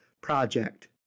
project